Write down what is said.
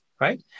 right